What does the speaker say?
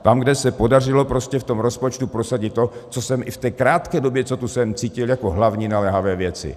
Tam, kde se podařilo v rozpočtu prosadit to, co jsem i v té krátké době, co tu jsem, cítil jako hlavní naléhavé věci.